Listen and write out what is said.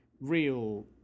real